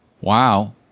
Wow